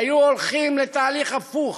היו הולכים לתהליך הפוך.